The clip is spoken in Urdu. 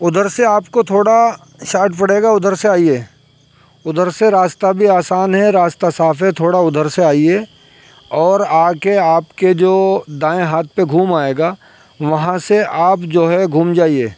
ادھر سے آپ کو تھوڑا شاٹ پڑے گا ادھر سے آئیے ادھر سے راستہ بھی آسان ہے راستہ صاف ہے تھوڑا ادھر سے آئیے اور آ کے آپ کے جو دائیں ہاتھ پہ گھوم آئے گا وہاں سے آپ جو ہے گھوم جائیے